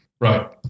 Right